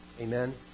Amen